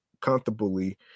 comfortably